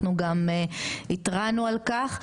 אנחנו גם התרענו על כך.